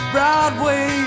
Broadway